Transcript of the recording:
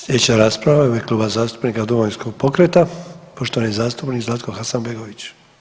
Slijedeća rasprava je u ime Kluba zastupnika Domovinskog pokreta, poštovani zastupnik Zlatko Hasanbegović.